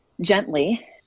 gently